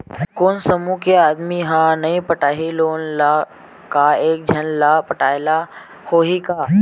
कोन समूह के आदमी हा नई पटाही लोन ला का एक झन ला पटाय ला होही का?